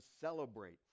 celebrate